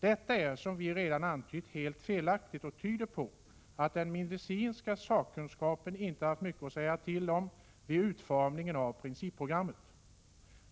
Detta är som vi redan antytt helt felaktigt och tyder på att den medicinska sakkunskapen inte haft mycket att säga till om vid utformningen av principprogrammet.